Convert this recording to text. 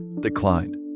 declined